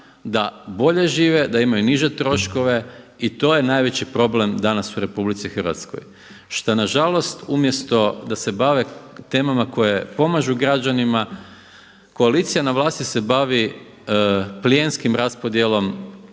da bolje žive, da imaju niže troškove i to je najveći problem danas u RH, šta nažalost umjesto da se bave temama koje pomažu građanima, koalicija na vlasti se bavi plijenskom raspodjelom